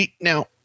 Now